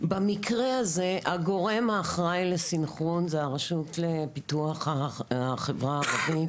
במקרה הזה הגורם האחראי לסנכרון זה הרשות לפיתוח החברה הערבית